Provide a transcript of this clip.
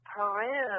Peru